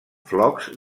flocs